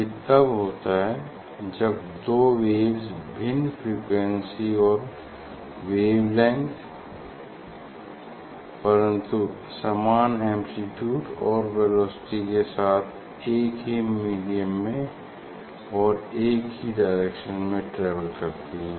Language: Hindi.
ये तब होता है जब दो वेव्स भिन्न फ्रीक्वेंसी और वेव लेंग्थ परन्तु समान एम्प्लीट्यूड और वेलोसिटी के साथ एक ही मीडियम में और एक ही डायरेक्शन में ट्रेवल करती हैं